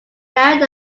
married